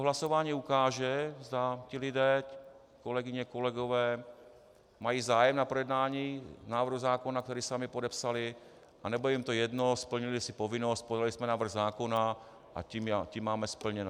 Hlasování ukáže, zda ti lidé, kolegyně, kolegové, mají zájem na projednání návrhu zákona, který sami podepsali, nebo je jim to jedno, splnili si povinnost podali jsme návrh zákona, a tím máme splněno.